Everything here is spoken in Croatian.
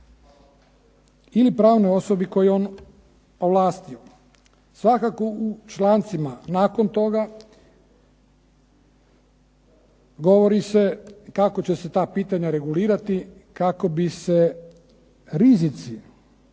ili pravnoj osobi koju je on ovlastio. Svakako u člancima nakon toga govori se kako će se ta pitanja regulirati kako bi se rizici